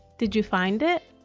did you find it?